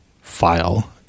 file